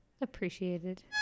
Appreciated